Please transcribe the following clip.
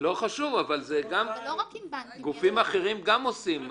גם גופים אחרים עושים.